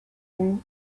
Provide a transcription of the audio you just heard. him